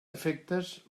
efectes